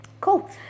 Cool